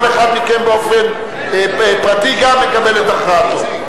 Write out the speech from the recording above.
כל אחד מכם באופן פרטי גם מקבל את הכרעתו.